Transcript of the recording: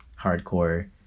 hardcore